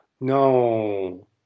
No